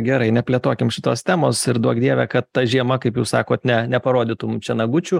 gerai neplėtokim šitos temos ir duok dieve kad ta žiema kaip jūs sakot ne neparodytų mum čia nagučių